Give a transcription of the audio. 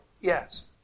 Yes